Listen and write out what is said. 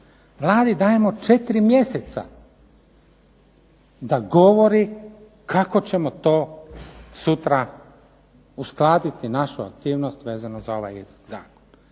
Vladi dajemo četiri mjeseca da govori kako ćemo to sutra uskladiti našu aktivnost vezano uz ovaj Zakon.